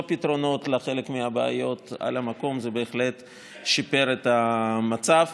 פתרונות לחלק מהבעיות על המקום בהחלט שיפרה את המצב.